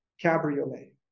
Cabriolet